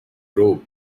robe